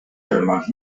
germans